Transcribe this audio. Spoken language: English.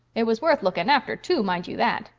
it was worth looking after, too, mind you that.